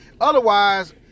otherwise